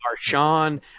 Marshawn